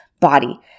body